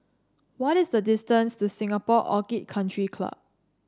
what is the distance to Singapore Orchid Country Club